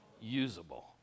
Usable